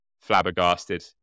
flabbergasted